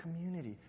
community